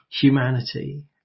humanity